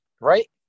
Right